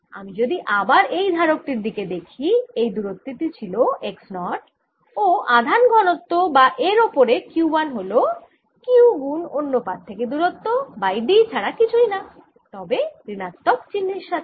আমি যদি আবার এই ধারক টির দিকে দেখি এই দূরত্ব টি ছিল x 0 ও আধান ঘনত্ব বা এর ওপরে q 1 হল Q গুণ অন্য পাত থেকে দূরত্ব বাই d ছাড়া কিছুই না তবে ঋণাত্মক চিহ্নের সাথে